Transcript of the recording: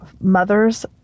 mother's